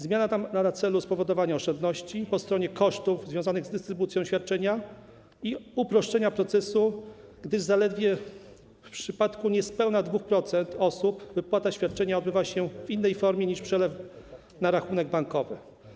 Zmiana ta ma na celu spowodowanie oszczędności po stronie kosztów związanych z dystrybucją świadczenia i uproszczenie procesu, gdyż zaledwie w przypadku niespełna 2% osób wypłata świadczenia odbywa się w innej formie niż przelew na rachunek bankowy.